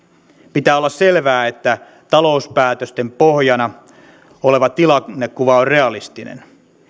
pitää olla selvää että talouspäätösten pohjana oleva tilannekuva on realistinen